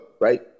right